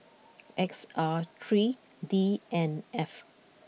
X R three D N F